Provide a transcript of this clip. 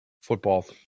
Football